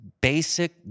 basic